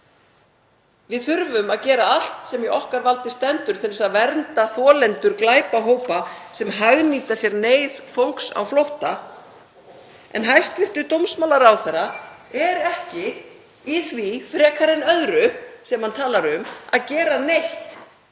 Við þurfum að gera allt sem í okkar valdi stendur til þess að vernda þolendur glæpahópa sem hagnýta sér neyð fólks á flótta, en hæstv. dómsmálaráðherra er ekki í því, frekar en öðru sem hann talar um, að gera neitt